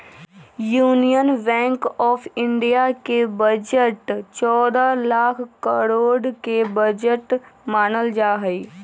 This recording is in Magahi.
यूनियन बैंक आफ इन्डिया के बजट चौदह लाख करोड के बजट मानल जाहई